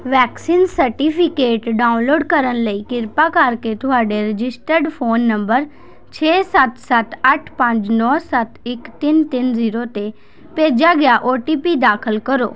vaccine certificate download ਕਰਨ ਲਈ ਕਿਰਪਾ ਕਰਕੇ ਤੁਹਾਡੇ ਰਜਿਸਟਰਡ ਫ਼ੋਨ ਨੰਬਰ ਛੇ ਸੱਤ ਸੱਤ ਅੱਠ ਪੰਜ ਨੌ ਸੱਤ ਇੱਕ ਤਿੰਨ ਤਿੰਨ ਜ਼ੀਰੋ 'ਤੇ ਭੇਜਿਆ ਗਿਆ ਓ ਟੀ ਪੀ ਦਾਖਲ ਕਰੋ